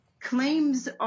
Claims